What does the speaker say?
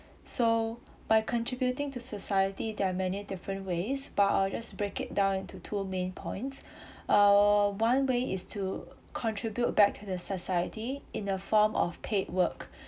so by contributing to society there are many different ways but I'll just break it down into two main points uh one way is to contribute back to the society in a form of paid work